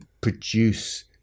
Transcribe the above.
produce